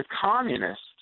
communists